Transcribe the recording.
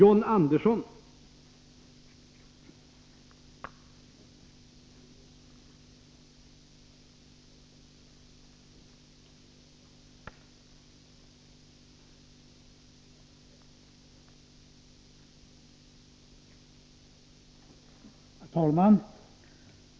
Herr talman!